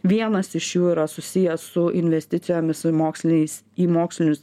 vienas iš jų yra susijęs su investicijomis į moksliniais į mokslinius